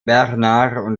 bernard